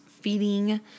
feeding